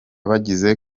bagize